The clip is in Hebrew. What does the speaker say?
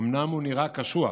אומנם הוא נראה קשוח,